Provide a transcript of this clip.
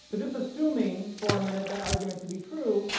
so just assuming for a minute that argument to be true.